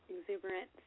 exuberant